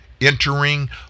entering